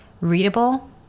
readable